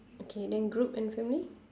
okay then group and family